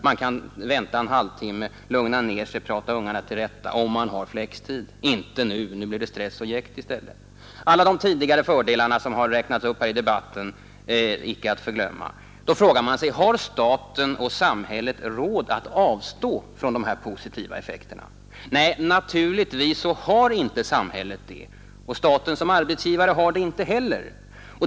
Man kan då vänta en halvtimme för att lugna ner sig och prata barnen till rätta, om man har flextid, men inte nu då det i stället bara blir stress och jäkt — alla de fördelar som tidigare räknats upp i debatten icke att förglömma. Man frågar sig: Har staten och samhället råd att avstå från dessa positiva effekter? Nej, naturligtvis har inte samhället det, och staten som arbetsgivare har det inte heller.